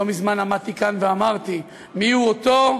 לא מזמן עמדתי כאן ואמרתי: מיהו אותו,